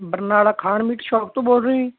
Barnala Khan meat shop ਤੋਂ ਬੋਲ ਰਹੇ ਹੋ ਜੀ